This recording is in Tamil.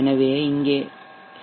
எனவே இங்கே Hat